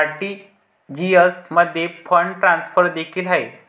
RTGS मध्ये fund transfer देखील आहेत